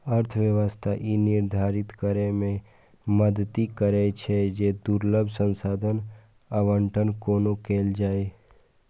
अर्थव्यवस्था ई निर्धारित करै मे मदति करै छै, जे दुर्लभ संसाधनक आवंटन कोना कैल जाए